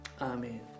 Amen